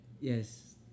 Yes